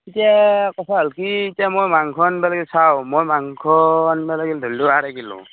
এতিয়া কথা হ'ল কি এতিয়া মই মাংস আনিব লাগে চাওঁ মই মাংস আনিব লাগিল ধৰিলোঁ আধা কিলো